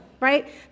Right